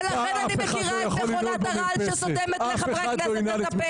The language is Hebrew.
ולכן אני מכירה מכונת הרעל שסותמת לחברי הכנסת את הפה.